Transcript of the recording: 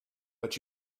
but